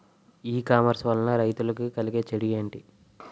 ఈ కామర్స్ వలన రైతులకి కలిగే చెడు ఎంటి?